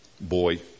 boy